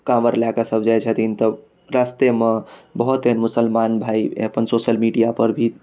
कावर लए कऽ सब जाइ छथिन तऽ रस्ते मे बहुत एहन मुसलमान भाई अपन सोशल मिडिया पर भी